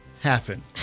happen